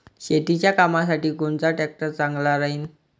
शेतीच्या कामासाठी कोनचा ट्रॅक्टर चांगला राहीन?